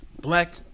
black